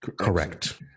Correct